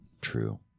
True